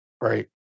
Right